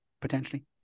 potentially